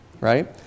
right